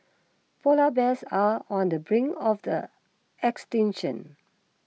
Polar Bears are on the brink of the extinction